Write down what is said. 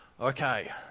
Okay